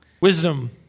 Wisdom